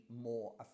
more